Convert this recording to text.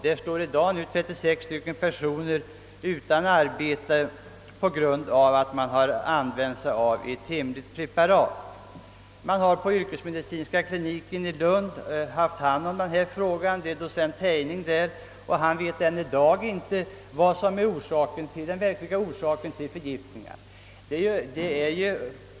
Där står nu 36 personer utan arbete på grund av att man använt ett s.k. hemligt preparat. Yrkesmedicinska kliniken i Lund har undersökt detta fall, och docent Teining, som är verksam på denna klinik, vet ännu i dag inte vad som är orsaken till förgiftningarna.